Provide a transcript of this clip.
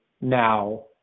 now